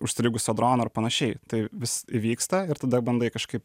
užstrigusio drono ar panašiai tai vis įvyksta ir tada bandai kažkaip